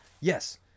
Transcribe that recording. Yes